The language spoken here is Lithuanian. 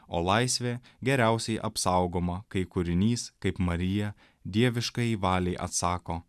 o laisvė geriausiai apsaugoma kai kūrinys kaip marija dieviškajai valiai atsako